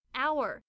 hour